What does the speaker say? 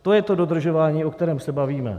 To je to dodržování, o kterém se bavíme.